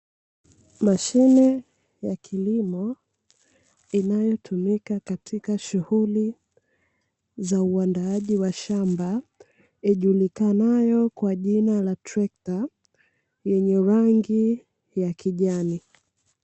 Mashine ya kilimo inayotumika katika shughuli za uandaaji wa shamba ijulikanayo kwa jina la trekta yenye rangi ya kijani.